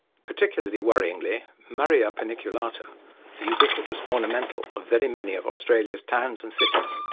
particularly worryingly, murraya paniculata the ubiquitous ornamental of very many of australia's towns and cities,